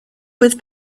with